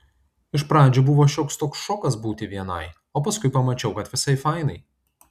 iš pradžių buvo šioks toks šokas būti vienai o paskui pamačiau kad visai fainai